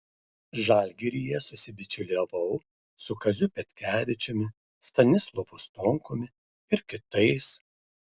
žalgiryje susibičiuliavau su kaziu petkevičiumi stanislovu stonkumi ir kitais